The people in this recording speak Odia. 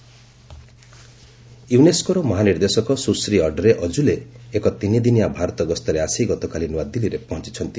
ୟୁନେସ୍କୋ ଇଣ୍ଡିଆ ୟୁନେସ୍କୋର ମହାନିର୍ଦ୍ଦେଶକ ସୁଶ୍ରୀ ଅଡ୍ରେ ଅଜୁଲେ ଏକ ତିନିଦିନିଆ ଭାରତ ଗସ୍ତରେ ଆସି ଗତକାଲି ନୂଆଦିଲ୍ଲୀରେ ପହଞ୍ଚିଛନ୍ତି